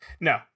No